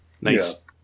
nice